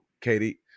Katie